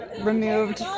removed